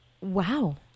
Wow